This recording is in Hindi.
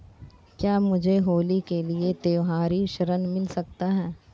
क्या मुझे होली के लिए त्यौहारी ऋण मिल सकता है?